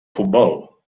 futbol